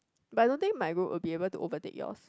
but I don't think my group will be able to overtake yours